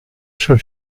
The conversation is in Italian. sul